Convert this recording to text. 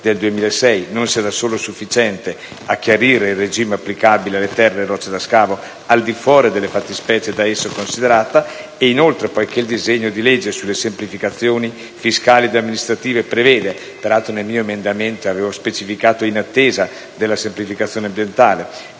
del 2006 non sia da solo sufficiente a chiarire il regime applicabile alle terre e rocce da scavo al di fuori della fattispecie da esso considerata. Inoltre, poiché il disegno di legge sulle semplificazioni fiscali ed amministrative prevede, tra le altre cose, la semplificazione normativa